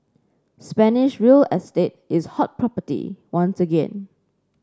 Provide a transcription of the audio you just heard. Spanish real estate is hot property once again